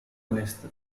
west